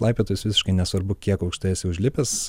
laipiotojas visiškai nesvarbu kiek aukštai esi užlipęs